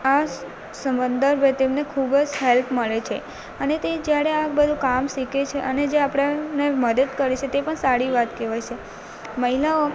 આ સમંદર હોય તેમને ખૂબ જ હેલ્પ મળે છે અને તે જ્યારે આ બધું કામ શીખે છે અને જ આપણાને મદદ કરે છે તે પણ સારી વાત કહેવાય છે મહિલાઓ